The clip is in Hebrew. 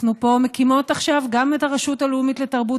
אנחנו פה מקימות עכשיו גם את הרשות הלאומית לתרבות